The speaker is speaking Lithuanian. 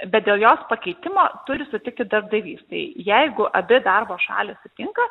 bet dėl jos pakeitimo turi sutikti darbdavys tai jeigu abi darbo šalys sutinka